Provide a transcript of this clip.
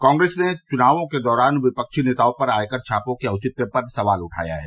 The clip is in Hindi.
कांग्रेस ने चुनावों के दौरान विपक्षी नेताओं पर आयकर छापों के औचित्य पर सवाल उठाया है